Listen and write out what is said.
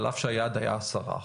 על אף שהיעד היה עשרה אחוז,